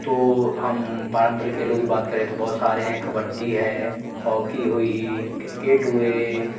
तो हम पारंपरिक खेलों की बात करें तो बहुत सारे हैं कबड्डी है हॉकी हुई क्रिकेट हुआ